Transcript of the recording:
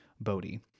Bodhi